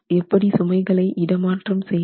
எப்படி சுமைகள் இடமாற்றம் செய்வது